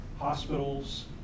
hospitals